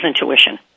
intuition